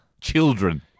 children